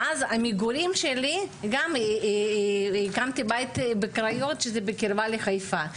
ואז המגורים שלי גם הקמתי בית בקריות שזה בקרבה לחיפה.